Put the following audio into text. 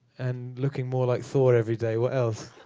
and looking more like thor every day. what else?